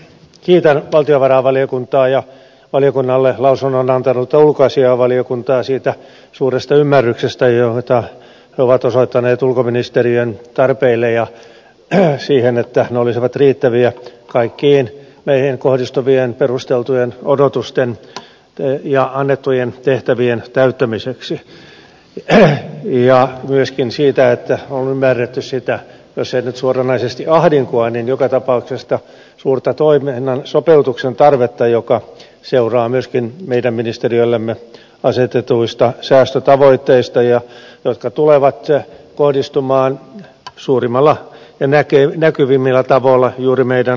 kiitän valtiovarainvaliokuntaa ja valiokunnalle lausunnon antanutta ulkoasiainvaliokuntaa siitä suuresta ymmärryksestä jota he ovat osoittaneet ulkoministeriön tarpeille ja sille että ne olisivat riittäviä kaikkien meihin kohdistuvien perusteltujen odotusten ja annettujen tehtävien täyttämiseksi ja myöskin siitä että on ymmärretty jos ei nyt suoranaisesti ahdinkoa niin joka tapauksessa suurta toiminnan sopeutuksen tarvetta joka seuraa myöskin meidän ministeriöllemme asetetuista säästötavoitteista jotka tulevat kohdistumaan suurimmilla ja näkyvimmillä tavoilla juuri meidän ulkomaanedustustoomme